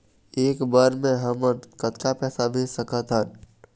एक बर मे हमन कतका पैसा भेज सकत हन?